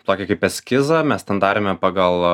tokį kaip eskizą mes ten darėme pagal